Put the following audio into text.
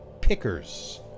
pickers